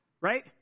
right